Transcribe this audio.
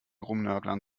rumnörglern